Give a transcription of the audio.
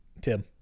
Tim